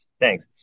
Thanks